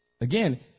Again